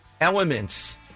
elements